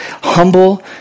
humble